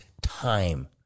time